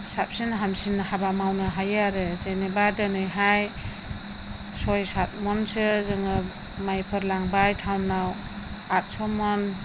साबसिन हामसिन हाबा मावनो हायो आरो जेनेबा दिनैहाय सय सात मनसो जोङो माइफोर लांबाय टाउनाव आतस' मन